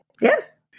Yes